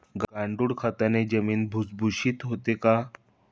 गांडूळ खताने जमीन भुसभुशीत होते का?